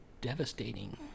devastating